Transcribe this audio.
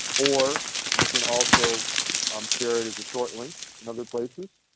or you can also um share it as a short link in other places.